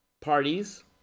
parties